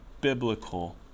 biblical